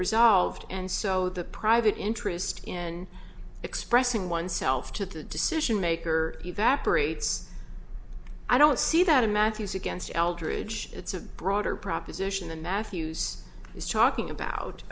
resolved and so the private interest in expressing oneself to the decision maker evaporates i don't see that in matthew's against algeria judge it's a broader proposition than matthews is talking about